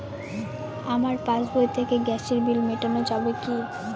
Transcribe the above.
আমার পাসবই থেকে গ্যাসের বিল মেটানো যাবে কি?